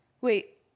Wait